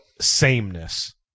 sameness